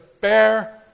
bear